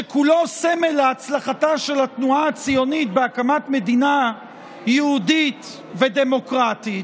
שכולו סמל להצלחתה של התנועה הציונית בהקמת מדינה יהודית ודמוקרטית,